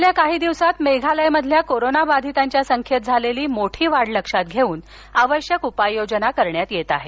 गेल्या काही दिवसात मेघालयमधील कोरोनाबाधीतांच्या संख्येत झालेली मोठी वाढ लक्षात घेऊन आवश्यक उपाययोजना करण्यात येत आहेत